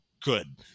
good